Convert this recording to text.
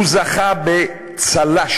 הוא זכה בצל"ש,